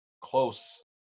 close